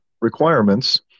requirements